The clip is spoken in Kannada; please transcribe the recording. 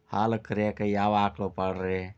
ಹಾಲು ಕರಿಯಾಕ ಯಾವ ಆಕಳ ಪಾಡ್ರೇ?